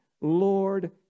Lord